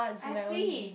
I have three